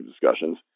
discussions